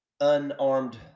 unarmed